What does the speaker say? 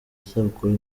isabukuru